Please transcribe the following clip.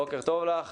בוקר טוב לך.